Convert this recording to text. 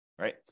right